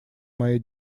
моей